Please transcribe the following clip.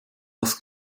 das